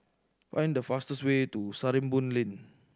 find the fastest way to Sarimbun Lane